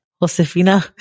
Josefina